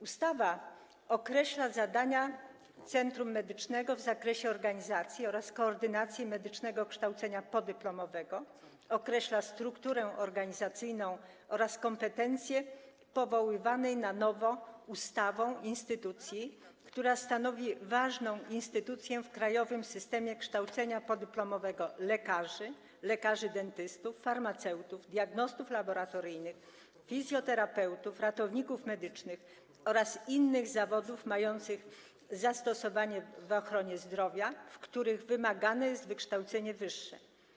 Ustawa określa zadania centrum medycznego w zakresie organizacji oraz koordynacji medycznego kształcenia podyplomowego, określa strukturę organizacyjną oraz kompetencje powoływanej na nowo ustawą instytucji, która stanowi ważną instytucję w krajowym systemie kształcenia podyplomowego lekarzy, lekarzy dentystów, farmaceutów, diagnostów laboratoryjnych, fizjoterapeutów, ratowników medycznych oraz kształcenia w innych zawodach mających zastosowanie w ochronie zdrowia, w których wymagane jest wykształcenie wyższe.